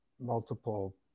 multiple